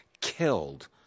killed